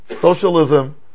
socialism